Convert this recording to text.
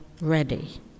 ready